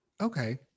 Okay